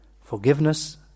forgiveness